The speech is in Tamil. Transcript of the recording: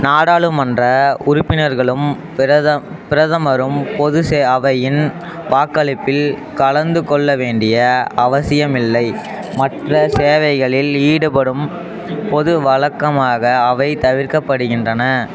நாடாளுமன்ற உறுப்பினர்களும் பிரதம பிரதமரும் பொது சே அவையின் வாக்களிப்பில் கலந்துக் கொள்ள வேண்டிய அவசியமில்லை மற்ற சேவைகளில் ஈடுபடும் பொது வழக்கமாக அவை தவிர்க்கப்படுகின்றன